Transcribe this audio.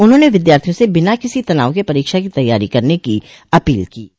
उन्होंने विद्यार्थियों से बिना किसी तनाव के परीक्षा की तैयारी करने की अपील की है